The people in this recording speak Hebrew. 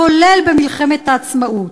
כולל במלחמת העצמאות.